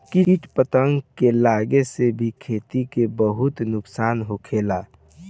किट पतंगन के लागे से भी खेती के बहुत नुक्सान होखेला